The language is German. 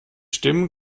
stimmen